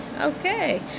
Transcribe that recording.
okay